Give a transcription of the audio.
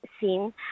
seen